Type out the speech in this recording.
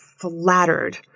flattered